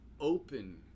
open